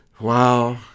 wow